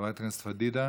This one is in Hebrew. חברת הכנסת פדידה,